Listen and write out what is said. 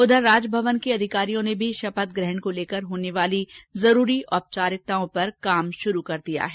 उधर राजभवन के अधिकारियों ने भी शपथग्रहण को लेकर होने वाली जरूरी औपचारिकताओं पर काम शुरू कर दिया है